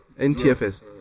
NTFS